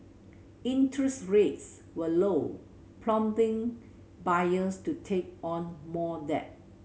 interest rates were low prompting buyers to take on more debt